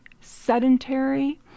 sedentary